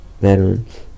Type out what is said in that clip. veterans